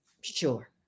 Sure